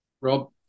Rob